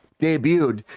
debuted